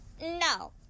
No